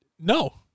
no